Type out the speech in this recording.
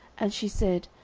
and she said,